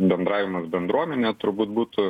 bendravimas bendruomene turbūt būtų